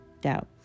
Doubt